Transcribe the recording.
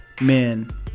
men